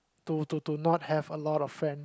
to to to not have a lot of friend